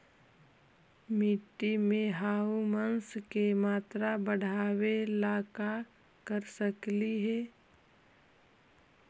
मिट्टी में ह्यूमस के मात्रा बढ़ावे ला का कर सकली हे?